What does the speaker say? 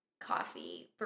coffee